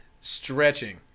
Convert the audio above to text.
stretching